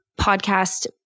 podcast